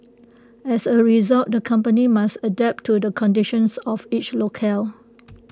as A result the company must adapt to the conditions of each locale